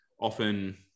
often